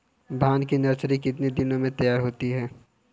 धान की नर्सरी कितने दिनों में तैयार होती है?